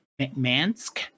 Mansk